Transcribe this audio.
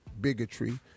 bigotry